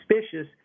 suspicious